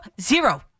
zero